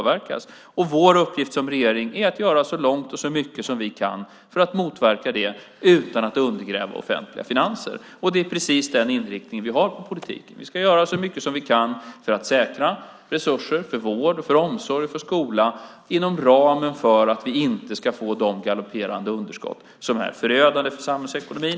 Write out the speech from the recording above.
Vår uppgift som regering är att göra så mycket och gå så långt vi kan för att motverka det utan att undergräva de offentliga finanserna, och det är precis den inriktningen vi har på politiken. Vi ska göra så mycket vi kan för att säkra resurser för vård, omsorg och skola inom en ram för att inte få de galopperande underskott som är förödande för samhällsekonomin.